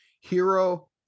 hero